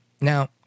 now